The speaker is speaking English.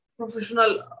Professional